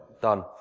done